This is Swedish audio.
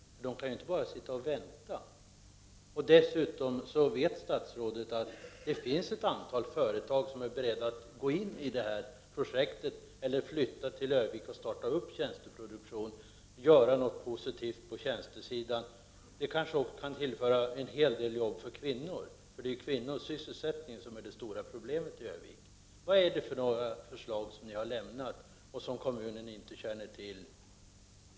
Man kan inte bara sitta och vänta. Dessutom vet statsrådet att det finns ett antal företag som är beredda att gå in i detta projekt eller att flytta till Örnsköldsvik och starta tjänsteproduktion. De vill göra något positivt på tjänstesidan. Det kanske också kan tillföra en hel del arbete för kvinnor. Det är kvinnosysselsättningen som är det stora problemet i Örnsköldsvik. Vilka förslag har ni lämnat, som kommunen inte känner till?